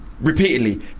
repeatedly